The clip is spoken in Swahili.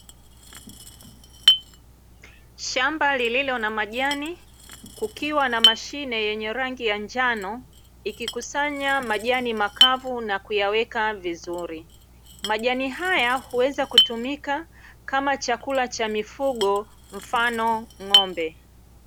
Shamba lililo na majani kukiwa na mashine yenye rangi ya njano ikikusanya majani makavu na kuyaweka vizuri. Majani haya huweza kutumika kama chakula cha mifugo, mfano ng'ombe.